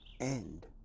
end